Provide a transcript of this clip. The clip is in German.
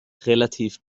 relativ